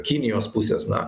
kinijos pusės na